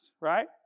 right